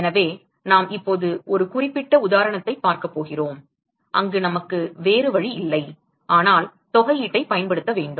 எனவே நாம் இப்போது ஒரு குறிப்பிட்ட உதாரணத்தைப் பார்க்கப் போகிறோம் அங்கு நமக்கு வேறு வழி இல்லை ஆனால் தொகை ஈட்டைப் பயன்படுத்த வேண்டும்